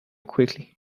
quickly